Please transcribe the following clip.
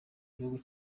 gihugu